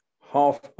half